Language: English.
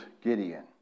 Gideon